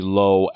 low